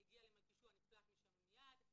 הוא הגיע למלכישוע ונפלט משם מיד,